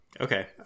okay